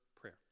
prayer